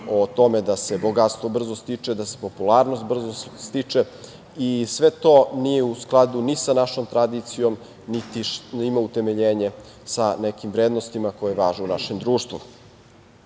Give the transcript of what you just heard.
o tome da se bogatstvo brzo stiče, da se popularnost brzo stiče. Sve to nije u skladu ni sa našom tradicijom, niti ima utemeljenje sa nekim vrednostima koji važe u našem društvu. Iskustvo